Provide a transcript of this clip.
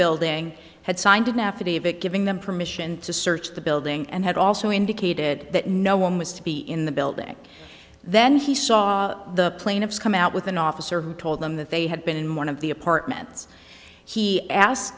building had signed an affidavit giving them permission to search the building and had also indicated that no one was to be in the building then he saw the plaintiffs come out with an officer who told them that they had been in one of the apartments he asked